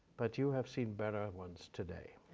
but you have seen better ones today.